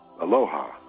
Aloha